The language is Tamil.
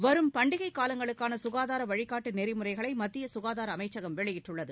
வரும் பண்டிகை காலங்களுக்கான சுகாதார வழிகாட்டு நெறிமுறைகளை மத்திய சுகாதார அமைச்சகம் வெளியிட்டுள்ளது